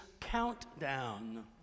countdown